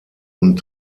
und